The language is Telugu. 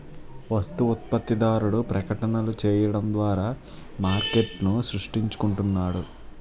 వస్తు ఉత్పత్తిదారుడు ప్రకటనలు చేయడం ద్వారా మార్కెట్ను సృష్టించుకుంటున్నాడు